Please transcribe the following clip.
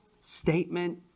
statement